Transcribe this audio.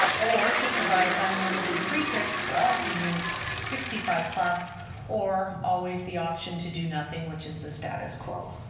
or to provide unlimited free trips for all seniors sixty five plus or always the option to do nothing which is the status quo.